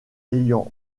ayant